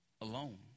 alone